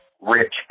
rich